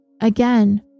again